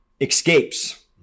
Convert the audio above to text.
escapes